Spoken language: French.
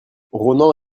ronan